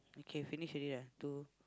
okay finish already lah two